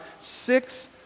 Six